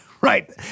Right